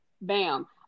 Bam